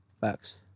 facts